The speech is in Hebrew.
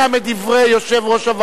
תודה רבה, אדוני היושב-ראש.